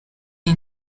iyi